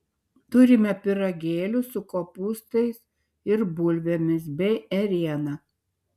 turime pyragėlių su kopūstais ir bulvėmis bei ėriena